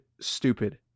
stupid